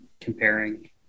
comparing